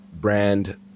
brand